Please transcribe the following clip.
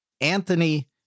Anthony